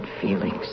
feelings